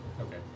Okay